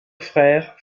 frère